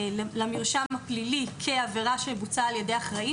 למרשם הפלילי כעבירה שבוצעה על ידי אחראי,